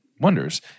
Wonders